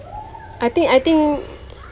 I think I think